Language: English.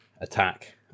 attack